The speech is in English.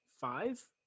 five